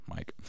Mike